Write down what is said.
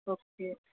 okay